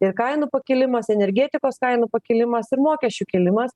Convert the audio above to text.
ir kainų pakilimas energetikos kainų pakilimas ir mokesčių kėlimas